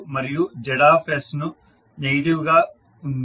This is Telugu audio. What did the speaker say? మరియు Z నెగిటివ్ గా ఉంది